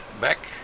Back